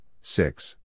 six